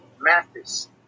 Mathis